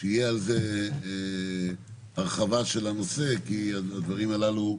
שתהיה הרחבה של הנושא, כי בדברים הללו,